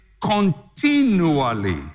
continually